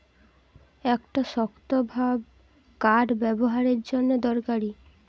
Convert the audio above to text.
একটা শক্তভাব কাঠ ব্যাবোহারের জন্যে দরকারি